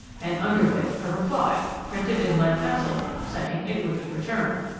and under it, a reply, printed in lead-pencil, saying it would be returned.